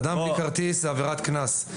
אדם בלי כרטיס זה עבירת קנס.